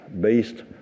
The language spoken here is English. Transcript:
based